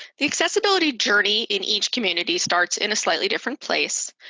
the accessibility journey in each community starts in a slightly different place.